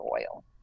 oil